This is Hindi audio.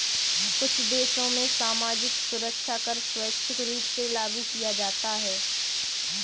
कुछ देशों में सामाजिक सुरक्षा कर स्वैच्छिक रूप से लागू किया जाता है